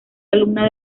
alumna